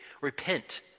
repent